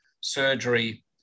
surgery